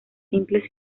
simples